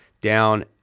down